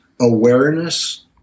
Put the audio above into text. awareness